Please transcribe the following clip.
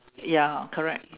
ya correct